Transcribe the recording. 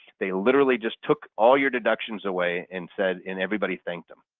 they literally just took all your deductions away and said and everybody thanked them.